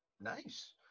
nice